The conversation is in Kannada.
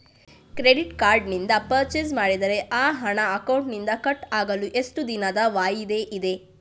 ಕ್ರೆಡಿಟ್ ಕಾರ್ಡ್ ನಿಂದ ಪರ್ಚೈಸ್ ಮಾಡಿದರೆ ಆ ಹಣ ಅಕೌಂಟಿನಿಂದ ಕಟ್ ಆಗಲು ಎಷ್ಟು ದಿನದ ವಾಯಿದೆ ಇದೆ?